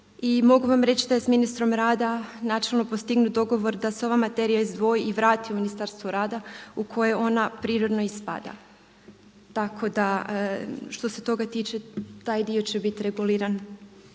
mogu vam reći da je s ministrom rada načelno postignut dogovor da se ova materija izdvoji i vrati u Ministarstvo rada u koje ona prirodno i spada. Tako da što se toga tiče taj dio će biti reguliran